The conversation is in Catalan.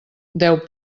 deu